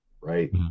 right